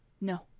No